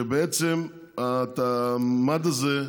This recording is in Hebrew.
ובעצם המד הזה,